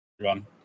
run